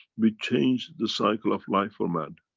we changed the cycle of life for man.